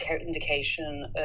indication